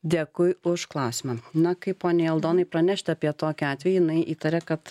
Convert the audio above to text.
dėkui už klausimą na kaip poniai aldonai pranešti apie tokį atvejį jinai įtaria kad